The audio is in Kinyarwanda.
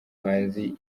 muhanzi